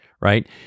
Right